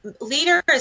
leaders